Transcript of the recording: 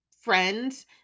friends